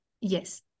yes